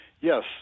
Yes